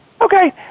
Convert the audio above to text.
okay